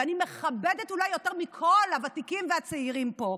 ואני מכבדת אולי יותר מכל הוותיקים והצעירים פה,